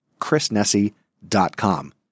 chrisnessy.com